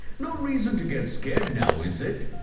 no reason to get scared now, is it?